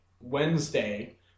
Wednesday